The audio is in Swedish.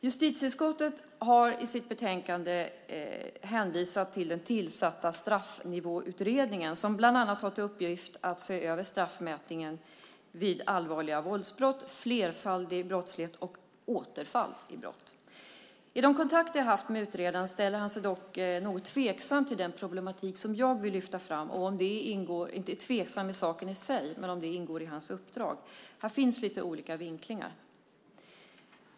Justitieutskottet har i sitt betänkande hänvisat till den tillsatta Straffnivåutredningen, som bland annat har till uppgift att se över straffmätningen vid allvarliga våldsbrott, flerfaldig brottslighet och återfall i brott. I de kontakter jag har haft med utredaren ställer han sig dock något tveksam till att den problematik som jag vill lyfta fram ingår i hans uppdrag. Här finns lite olika vinklingar.